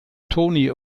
tony